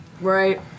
Right